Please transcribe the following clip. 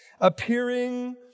Appearing